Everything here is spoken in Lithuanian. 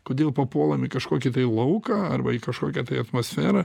kodėl papuolam į kažkokį tai lauką arba į kažkokią tai atmosferą